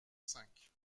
cinq